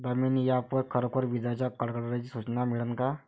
Damini app वर खरोखर विजाइच्या कडकडाटाची सूचना मिळन का?